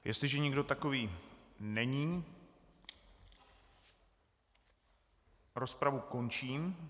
Jestliže nikdo takový není, rozpravu končím.